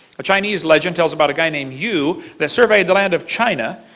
a chinese legend tells about a guy named yu that surveyed the land of china.